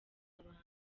abantu